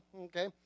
Okay